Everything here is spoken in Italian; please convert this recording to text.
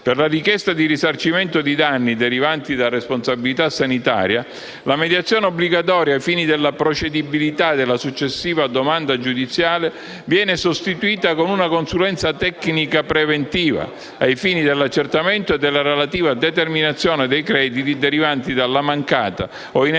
Per la richiesta di risarcimento di danni derivanti da responsabilità sanitaria, la mediazione obbligatoria ai fini della procedibilità della successiva domanda giudiziale viene sostituita con una consulenza tecnica preventiva, ai fini dell'accertamento e della relativa determinazione dei crediti derivanti dalla mancata o inesatta